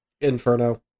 Inferno